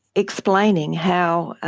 explaining how